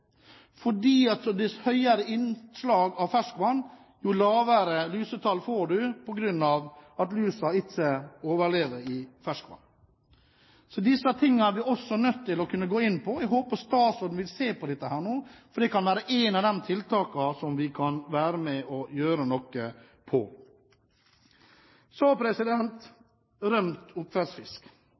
høyere innslag av ferskvann, jo lavere lusetall får man, på grunn av at lusen ikke overlever i ferskvann. Så dette er vi også nødt til å gå inn i. Jeg håper statsråden vil se på dette nå, for det kan være et av de tiltakene hvor vi kan være med og gjøre noe. Så til rømt